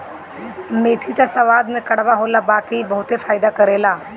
मेथी त स्वाद में कड़वा होला बाकी इ बहुते फायदा करेला